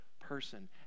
person